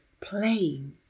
playing